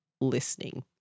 listening